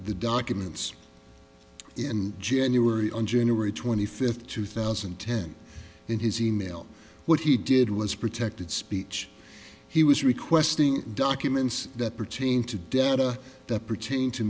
the documents in january on january twenty fifth two thousand and ten in his e mail what he did was protected speech he was requesting documents that pertain to data that pertain to